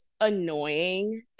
annoying